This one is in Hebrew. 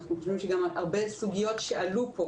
צריך להגיד שהרבה סוגיות שעלו פה